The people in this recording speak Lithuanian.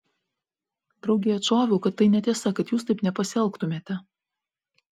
draugei atšoviau kad tai netiesa kad jūs taip nepasielgtumėte